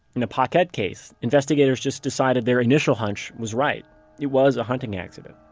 in the paquette case, investigators just decided their initial hunch was right it was a hunting accident.